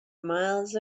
miles